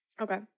Okay